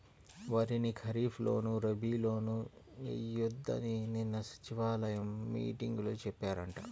వరిని ఖరీప్ లోను, రబీ లోనూ ఎయ్యొద్దని నిన్న సచివాలయం మీటింగులో చెప్పారంట